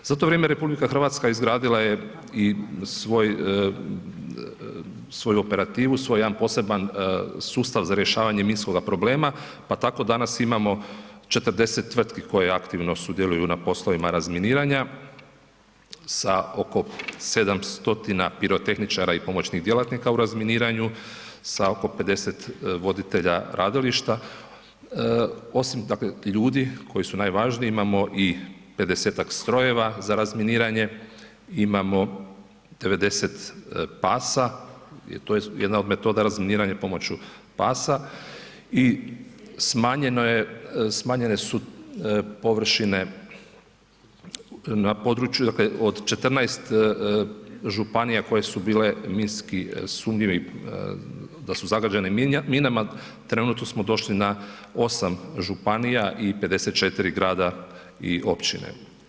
Za to vrijeme RH izgradila je i svoju operativu, svoj jedan poseban sustav za rješavanje minskoga problema, pa tako danas imamo 40 tvrtki koje aktivno sudjeluju na poslovima razminiranja sa oko 700 pirotehničara i pomoćnik djelatnika u razminiranju sa oko 50 voditelja radilišta, osim, dakle, ljudi koji su najvažniji, imamo i 50-tak strojeva za razminiranje, imamo 90 pasa, jer to je jedna od metoda razminiranja pomoću pasa i smanjene su površine na području, dakle, od 14 županija koje su bile minski sumnjive, da su zagađene minama, trenutno smo došli na 8 županija i 54 grada i općine.